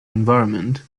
environment